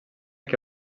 que